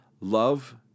love